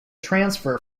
transfer